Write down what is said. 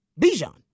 Bijan